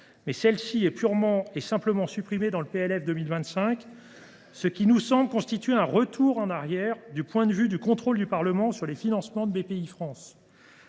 Or celle ci est purement et simplement supprimée dans le PLF pour 2025, ce qui constitue un retour en arrière du point de vue du contrôle du Parlement sur les financements de Bpifrance.